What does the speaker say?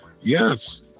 yes